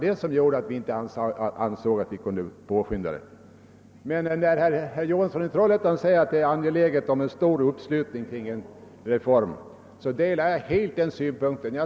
Detta gjorde att vi inte ansåg oss kunna skynda på reformen. , När herr Johansson i Trollhättan säger att det är angeläget med en stor uppslutning kring en grundlagsändring så delar jag helt den synpunkten.